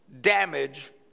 Damage